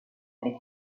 avec